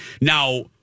now